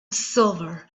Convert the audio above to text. silver